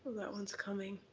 that one's coming.